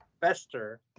fester